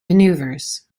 manoeuvres